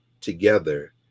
together